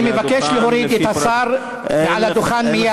אני מבקש להוריד את השר מעל הדוכן מייד.